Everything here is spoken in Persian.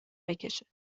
بکشه